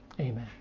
amen